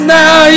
now